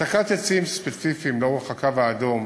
העתקת עצים ספציפיים לאורך הקו האדום